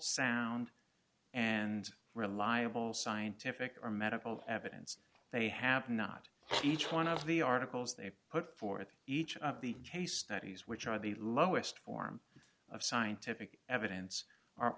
sound and reliable scientific or medical evidence they have not each one of the articles they put forth each of the case studies which are the lowest form of scientific evidence are